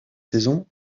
saison